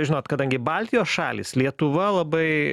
žinot kadangi baltijos šalys lietuva labai